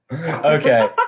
Okay